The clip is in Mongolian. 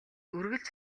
үргэлж